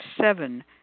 seven